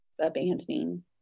abandoning